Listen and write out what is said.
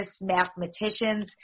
mathematicians